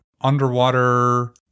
underwater